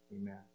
Amen